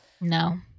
no